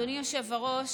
אדוני היושב-ראש,